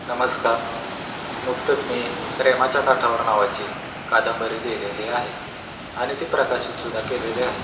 नमस्कार नुकतंच मी प्रेमाच्या काठावर नावाची कादंबरी लिहिलेली आहे आणि ती प्रकाशितसुध्दा केलेली आहे